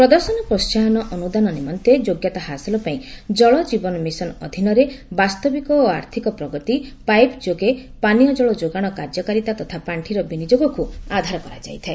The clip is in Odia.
ପ୍ରଦର୍ଶନ ପ୍ରୋସାହନ ଅନୁଦାନ ନିମନ୍ତେ ଯୋଗ୍ୟତା ହାସଲ ପାଇଁ ଜଳଜୀବନ ମିଶନ ଅଧୀନରେ ବାସ୍ତବିକ ଓ ଆର୍ଥକ ପ୍ରଗତି ପାଇପ ଯୋଗୋ ପାନୀୟଜଳ ଯୋଗାଣ କାର୍ଯ୍ୟକାରିତା ତଥା ପାଣ୍ଡିର ବିନିଯୋଗକୁ ଆଧାର କରାଯାଇଥାଏ